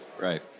Right